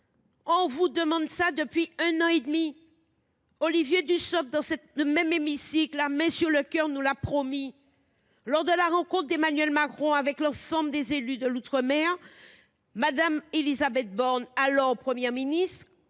On vous demande ce rapport depuis un an et demi ! Olivier Dussopt, dans ce même hémicycle, la main sur le cœur, nous l’a promis. Lors de la rencontre d’Emmanuel Macron avec l’ensemble des élus de l’outre mer, Mme Élisabeth Borne, alors Première ministre,